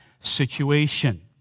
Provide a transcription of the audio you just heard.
situation